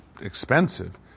expensive